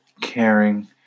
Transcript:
caring